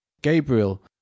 gabriel